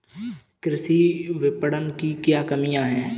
कृषि विपणन की क्या कमियाँ हैं?